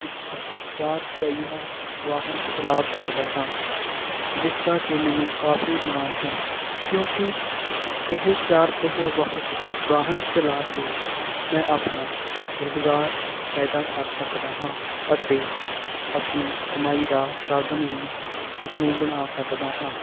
ਇੱਕ ਚਾਰ ਪਹੀਆ ਵਾਹਨ ਚਲਾ ਸਕਦਾ ਹਾਂ ਜਿਸ ਦਾ ਕਿ ਮੈਨੂੰ ਕਾਫ਼ੀ ਮਾਣ ਹੈ ਕਿਉਂਕਿ ਇਹ ਚਾਰ ਪਹੀਆ ਵਾਹਕ ਵਾਹਨ ਚਲਾ ਕੇ ਮੈਂ ਆਪਣਾ ਰੁਜ਼ਗਾਰ ਪੈਦਾ ਕਰ ਸਕਦਾ ਹਾਂ ਅਤੇ ਆਪਣੀ ਕਮਾਈ ਦਾ ਸਾਧਨ ਵੀ ਇਸ ਨੂੰ ਬਣਾ ਸਕਦਾ ਹਾਂ